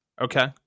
Okay